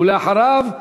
ולאחריו,